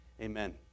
Amen